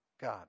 God